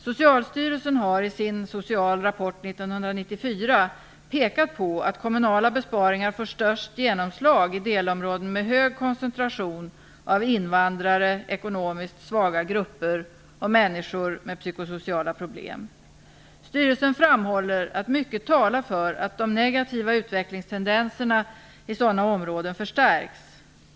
Socialstyrelsen har i sin "Social rapport 1994" pekat på att kommunala besparingar får störst genomslag i delområden med hög koncentration av invandrare, ekonomiskt svaga grupper och människor med psykosociala problem. Socialstyrelsen framhåller att mycket talar för att de negativa utvecklingstendenserna i sådana områden förstärks.